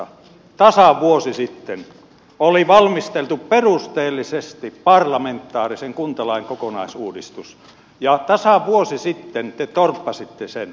tasan vuosi sitten oli valmisteltu perusteellisesti parlamentaarisen kuntalain kokonaisuudistus ja tasan vuosi sitten te torppasitte sen